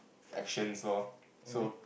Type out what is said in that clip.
actions lor so